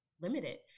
limited